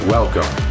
Welcome